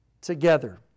together